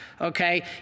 okay